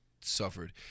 suffered